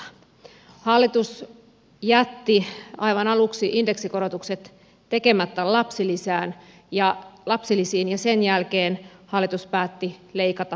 hallitus jätti aivan aluksi indeksikorotukset tekemättä lapsilisiin ja sen jälkeen hallitus päätti leikata lapsilisiä